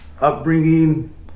upbringing